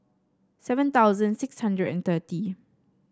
seven thousand six hundred and thirty